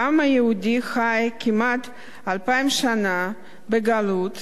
העם היהודי חי כמעט אלפיים שנה בגלות,